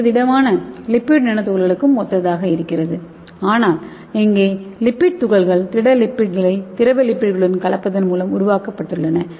இது திடமான lipid nano துகள்களுக்கும் ஒத்ததாக இருக்கிறது ஆனால் இங்கே லிப்பிட் துகள்கள் திட லிப்பிட்களை திரவ லிப்பிடுகளுடன் கலப்பதன் மூலம் உருவாக்கப்பட்டுள்ளன